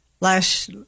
last